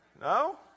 No